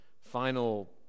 final